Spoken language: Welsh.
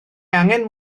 angen